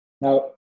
Now